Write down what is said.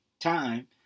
time